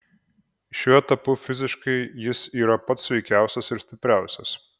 šiuo etapu fiziškai jis yra pats sveikiausias ir stipriausias